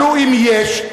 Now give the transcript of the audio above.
אם יש,